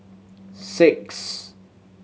six